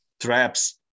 traps